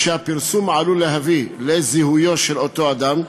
כשהפרסום עלול להביא לזיהויו של אותו אדם,